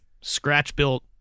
scratch-built